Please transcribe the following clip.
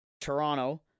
Toronto